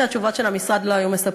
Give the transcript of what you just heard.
מפני שהתשובות של המשרד לא היו מספקות,